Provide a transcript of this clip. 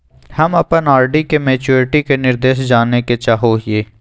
हम अप्पन आर.डी के मैचुरीटी के निर्देश जाने के चाहो हिअइ